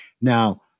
Now